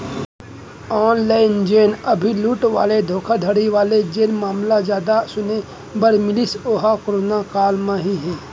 online जेन अभी लूट वाले धोखाघड़ी वाले जेन मामला जादा सुने बर मिलिस ओहा करोना काल म ही हे